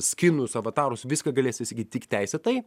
skinus avatarus viską galėsi įsigyt tik teisėtai